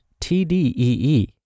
TDEE